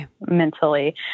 mentally